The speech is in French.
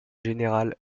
général